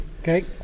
Okay